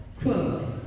Quote